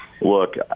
look